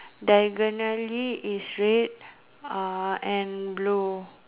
diagonally is red uh and blue